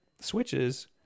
switches